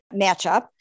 matchup